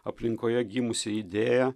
aplinkoje gimusi idėja